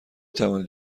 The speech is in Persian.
توانید